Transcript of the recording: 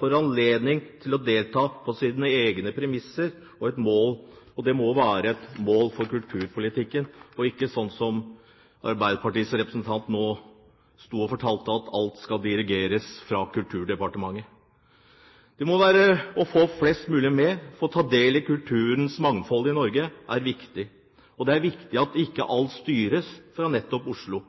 får anledning til å delta på sine egne premisser. Det må være et mål for kulturpolitikken. Det må ikke være sånn som Arbeiderpartiets representant nå sto og fortalte, at alt skal dirigeres fra Kulturdepartementet. Det å få flest mulig til å ta del i kulturens mangfold i Norge er viktig, og det er viktig at ikke alt styres fra nettopp Oslo.